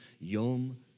Yom